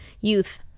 youth